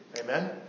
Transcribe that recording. Amen